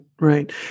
right